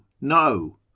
no